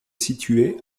située